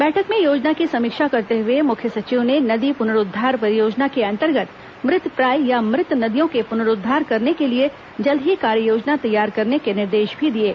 बैठक में योजना की समीक्षा करते हुए मुख्य सचिव ने नदी पुनरूद्वार परियोजना के अंतर्गत मृतप्राय या मृत नदियों के पुनरूद्वार करने के लिए जल्द ही कार्ययोजना तैयार करने के निर्देश भी दिये हैं